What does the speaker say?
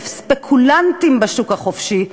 לספקולנטים בשוק החופשי,